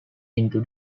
into